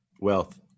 Wealth